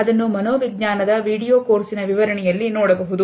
ಅದನ್ನು ಮನೋವಿಜ್ಞಾನದ ವಿಡಿಯೋ ಕೋರ್ಸಿನ ವಿವರಣೆಯಲ್ಲಿ ನೋಡಬಹುದು